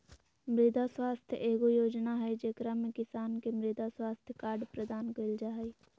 मृदा स्वास्थ्य एगो योजना हइ, जेकरा में किसान के मृदा स्वास्थ्य कार्ड प्रदान कइल जा हइ